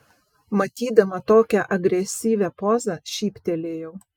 matydama tokią agresyvią pozą šyptelėjau